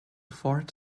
fort